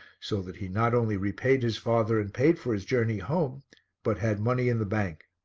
so that he not only repaid his father and paid for his journey home but had money in the bank.